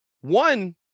One